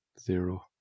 zero